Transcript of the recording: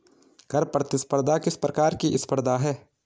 कर प्रतिस्पर्धा किस प्रकार की स्पर्धा है?